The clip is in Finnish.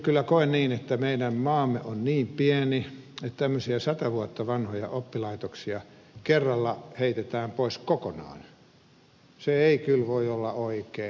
kyllä koen niin että meidän maamme on niin pieni että kun tämmöisiä sata vuotta vanhoja oppilaitoksia kerralla heitetään pois kokonaan se ei kyllä voi olla oikein